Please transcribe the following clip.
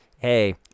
Hey